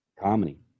comedy